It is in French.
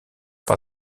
par